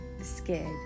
scared